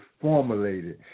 formulated